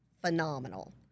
phenomenal